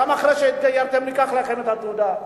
וגם אחרי שהתגיירתם ניקח לכם את התעודה.